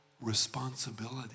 responsibility